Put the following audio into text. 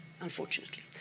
unfortunately